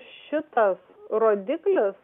šitas rodiklis